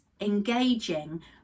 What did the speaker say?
engaging